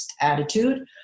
attitude